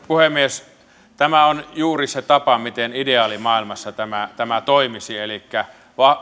puhemies tämä on juuri se tapa miten ideaalimaailmassa tämä tämä toimisi elikkä